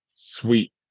sweet